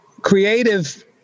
creative